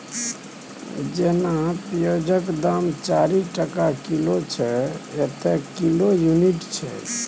जेना पिओजक दाम चारि टका किलो छै एतय किलो युनिट छै